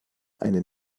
einen